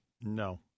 No